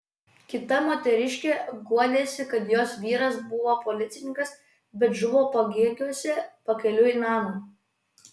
kita moteriškė guodėsi kad jos vyras buvo policininkas bet žuvo pagėgiuose pakeliui namo